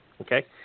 Okay